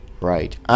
Right